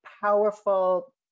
powerful